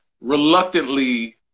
reluctantly